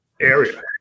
area